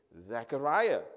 Zechariah